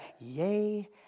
yay